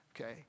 Okay